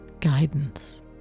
guidance